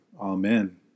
Amen